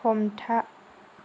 हमथा